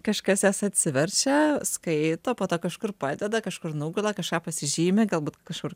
kažkas jas atsiverčia skaito po to kažkur padeda kažkur nugula kažką pasižymi galbūt kažkur